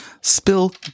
Spill